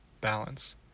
balance